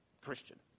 Christian